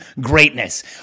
greatness